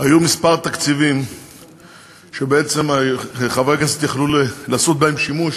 היו כמה תקציבים שחברי הכנסת יכלו לעשות בהם שימוש